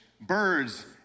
birds